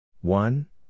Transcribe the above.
One